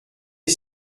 est